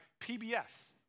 PBS